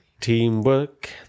Teamwork